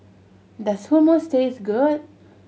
does Hummus taste good